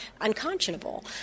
unconscionable